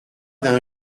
d’un